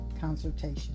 consultation